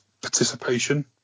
participation